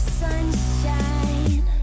sunshine